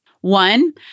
One